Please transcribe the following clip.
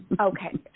Okay